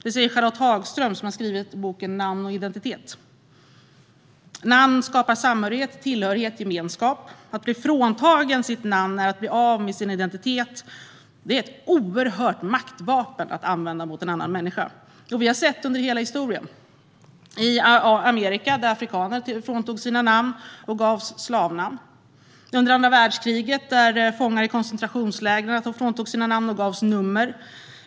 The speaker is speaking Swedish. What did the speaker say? Det säger Charlotte Hagström, som har skrivit boken Man är vad man heter - N amn och identitet . Namn skapar samhörighet, tillhörighet och gemenskap. Att bli fråntagen sitt namn är att bli av med sin identitet, och det är ett oerhört maktvapen att använda mot en annan människa. Vi har sett detta under hela historien. I Amerika fråntogs afrikaner sina namn och gavs slavnamn. Under andra världskriget fråntogs fångar i koncentrationslägren sina namn och gavs nummer.